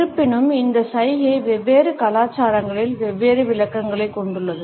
இருப்பினும் இந்த சைகை வெவ்வேறு கலாச்சாரங்களில் வெவ்வேறு விளக்கங்களைக் கொண்டுள்ளது